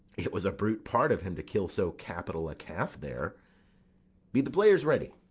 it was a brute part of him to kill so capital a calf there be the players ready?